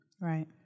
Right